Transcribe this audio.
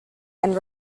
and